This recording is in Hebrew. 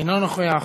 אינו נוכח.